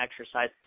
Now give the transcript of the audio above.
exercise